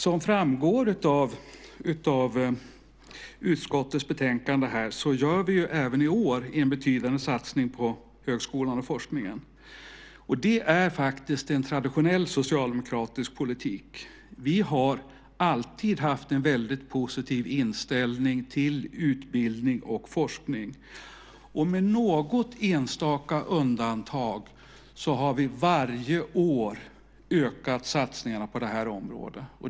Som framgår av utskottets betänkande gör vi även i år en betydande satsning på högskolan och forskningen. Det är faktiskt en traditionell socialdemokratisk politik. Vi har alltid haft en väldigt positiv inställning till utbildning och forskning. Med något enstaka undantag har vi varje år ökat satsningarna på det här området.